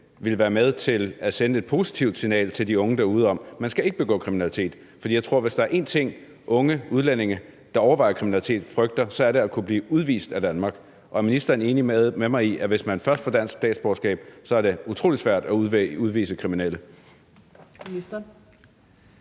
ville være med til at sende et positivt signal til de unge derude om, at man ikke skal begå kriminalitet. For jeg tror, at hvis der er én ting, unge udlændinge, der overvejer kriminalitet, frygter, så er det at kunne blive udvist af Danmark. Og er ministeren enig med mig i, at hvis man først får dansk statsborgerskab, er det utrolig svært at udvise kriminelle?